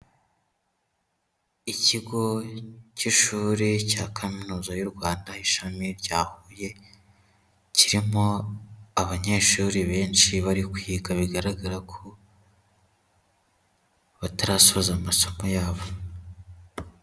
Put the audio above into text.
Ikigo cy'ishuri cya kaminuza y'u Rwanda ishami rya Huye, kirimo abanyeshuri benshi bari kwiga, bigaragara ko batarasoza amasomo yabo.